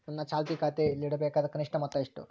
ನನ್ನ ಚಾಲ್ತಿ ಖಾತೆಯಲ್ಲಿಡಬೇಕಾದ ಕನಿಷ್ಟ ಮೊತ್ತ ಎಷ್ಟು?